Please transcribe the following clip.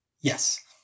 Yes